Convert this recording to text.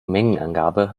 mengenangabe